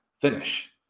finish